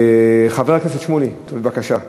חבר הכנסת שמולי, בבקשה.